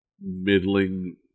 middling